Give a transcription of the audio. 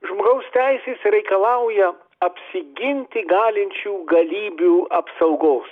žmogaus teisės reikalauja apsiginti galinčių galybių apsaugos